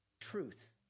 truth